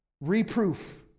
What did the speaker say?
Reproof